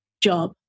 job